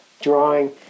drawing